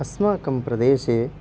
अस्माकं प्रदेशे